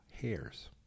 hairs